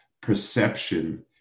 perception